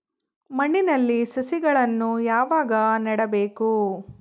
ಮಣ್ಣಿನಲ್ಲಿ ಸಸಿಗಳನ್ನು ಯಾವಾಗ ನೆಡಬೇಕು?